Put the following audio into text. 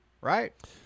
right